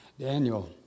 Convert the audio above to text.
Daniel